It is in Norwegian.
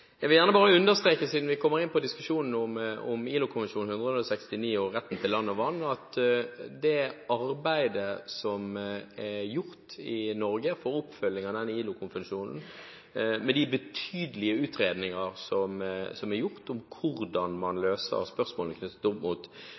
Jeg vil gjerne bare understreke, siden vi kom inn på diskusjonen om ILO-konvensjonen nr. 169 om rett til land og vann, at det arbeidet som er gjort i Norge når det gjelder oppfølging av denne ILO-konvensjonen, med de betydelige utredninger som er gjort om hvordan man løser spørsmål knyttet opp mot